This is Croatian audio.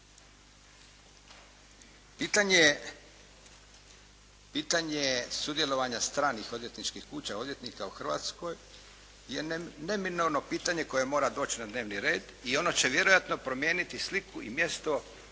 Pitanje je sudjelovanja stranih odvjetničkih kuća odvjetnika u Hrvatskoj je neminovno pitanje koje mora doći na dnevni red i ono će vjerojatno promijeniti sliku i mjesto